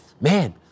man